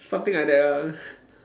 something like that lah